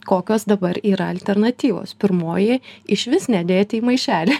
kokios dabar yra alternatyvos pirmoji išvis nedėti į maišelį